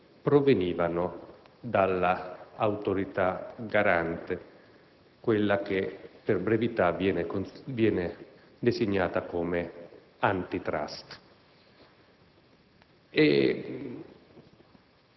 provenivano dall'Autorità garante, quella che per brevità viene designata come *Antitrust*.